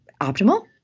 optimal